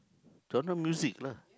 genre music lah